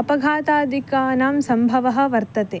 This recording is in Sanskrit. अपघातादिकानां सम्भवः वर्तते